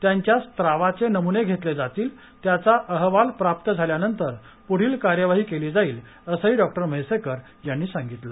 त्यांच्या स्त्रावाचे नम्ने घेतले जातील त्याचा अहवाल प्राप्त झाल्यानंतर प्ढील कार्यवाही केली जाईल असंही डॉक्टर म्हैसेकर यांनी सांगितलं